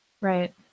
Right